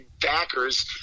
backers